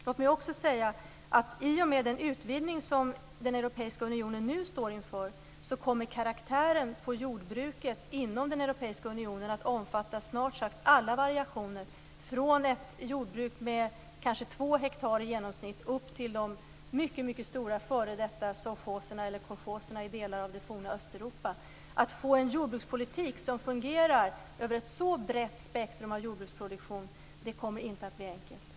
Låt mig också säga att i och med den utvidgning som Europeiska unionen nu står inför kommer karaktären på jordbruket inom Europeiska unionen att omfatta snart sagt alla variationer, från ett jordbruk med i genomsnitt kanske två hektar till de mycket stora f.d. sovchoserna eller kolchoserna i delar av det forna Östeuropa. Att få en jordbrukspolitik som fungerar över ett så brett spektrum av jordbruksproduktion kommer inte att bli enkelt.